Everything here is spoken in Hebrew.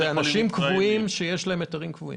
אלה אנשים קבועים שיש להם היתרים קבועים.